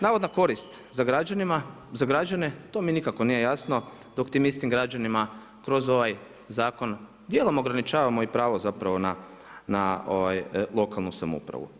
Navodna korist za građane to mi nikako nije jasno dok tim istim građanima kroz ovaj zakon dijelom ograničavamo i pravo zapravo na lokalnu samoupravu.